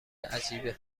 عجیبه